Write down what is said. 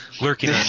lurking